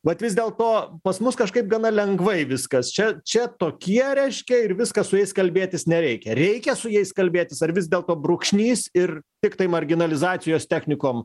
vat vis dėlto pas mus kažkaip gana lengvai viskas čia čia tokie reiškia ir viskas su jais kalbėtis nereikia reikia su jais kalbėtis ar vis dėlto brūkšnys ir tiktai marginalizacijos technikom